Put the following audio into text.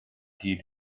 hyd